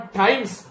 times